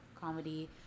comedy